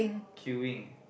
queuing